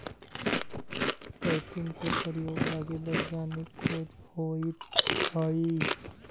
chitin के प्रयोग लगी वैज्ञानिक खोज होइत हई